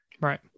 Right